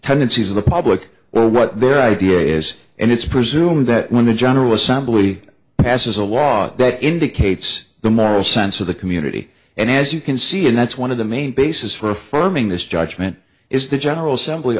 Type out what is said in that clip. tendencies of the public well what their idea is and it's presumed that when the general assembly passes a law that indicates the moral sense of the community and as you can see and that's one of the main bases for forming this judgment is the general